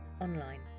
Online